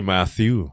Matthew